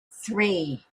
three